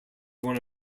one